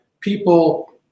people